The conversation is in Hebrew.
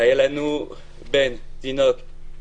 היה לנו בן, תינוק.